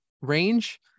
range